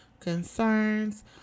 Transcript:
Concerns